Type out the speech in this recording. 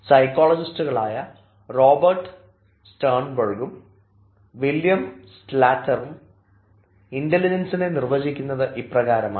സൈക്കോളജിസ്റ്റുകളായ Robert സ്റ്റെർബർഗും William സാൽറ്ററും ഇൻറലിജൻസിനെ നിർവ്വചിക്കുന്നത് ഇപ്രകാരമാണ്